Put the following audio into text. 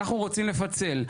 ואנחנו רוצים לפצל,